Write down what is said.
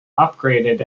upgraded